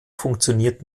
funktioniert